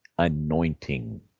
anointing